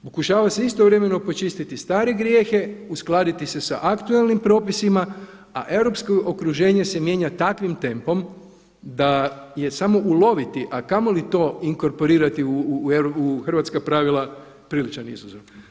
Pokušava se istovremeno počistiti stare grijehe, uskladiti se sa aktualnim propisima a europsko okruženje se mijenja takvim tempom da je samo uloviti a kamoli to inkorporirati u hrvatska pravila priličan izazov.